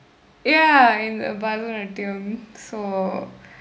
ya in the பரதநாட்டியம்:barathanaatdiyam so